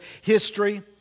history